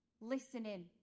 listening